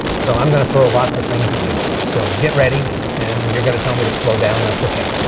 so i'm going to throw lots of things at you. so get ready. and you're going to tell me to slow down. that's okay.